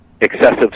excessive